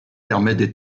permettent